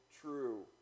true